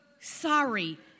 Sorry